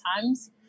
times